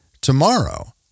tomorrow